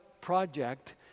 Project